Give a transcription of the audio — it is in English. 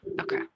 okay